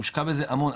הושקע בזה המון,